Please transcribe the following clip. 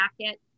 jacket